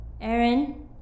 Aaron